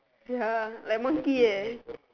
ya like monkey leh